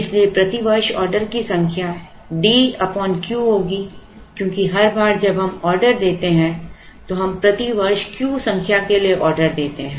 इसलिए प्रति वर्ष ऑर्डर की संख्या D Q होगी क्योंकि हर बार जब हम एक ऑर्डर देते हैं तो हम प्रति वर्ष Q संख्या के लिए ऑर्डर देते हैं